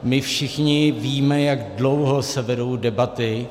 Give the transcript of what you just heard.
My všichni víme, jak dlouho se vedou debaty.